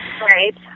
Right